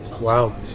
Wow